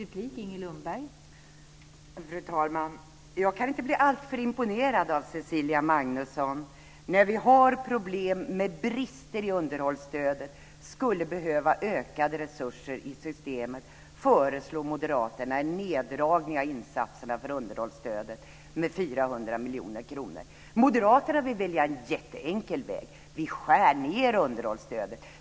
Fru talman! Jag kan inte bli alltför imponerad av Cecilia Magnusson. När vi har problem med brister i underhållsstödet och skulle behöva ökade resurser i systemet föreslår moderaterna en neddragning av insatserna för underhållsstödet med 400 miljoner kronor. Moderaterna går en jätteenkel väg: Vi skär ned underhållsstödet!